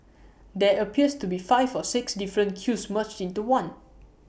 there appears to be five or six different queues merged into one